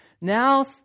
Now